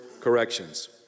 corrections